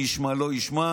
את מי ישמע או לא ישמע,